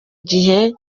gihe